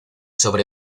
sobre